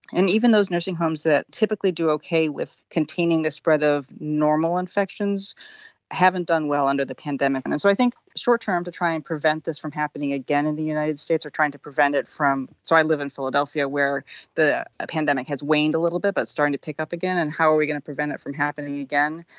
and even those nursing homes that typically do okay with containing the spread of normal infections haven't done well under the pandemic. and so i think short-term to try and prevent this from happening again in the united states or trying to prevent it from, so i live in philadelphia where the pandemic has waned a little bit but it's starting to pick up again and how are we going to prevent it from happening again?